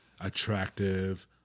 attractive